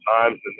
times